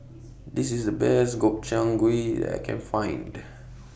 This IS The Best Gobchang Gui that I Can Find